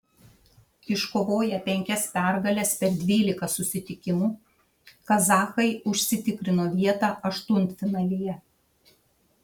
iškovoję penkias pergales per dvylika susitikimų kazachai užsitikrino vietą aštuntfinalyje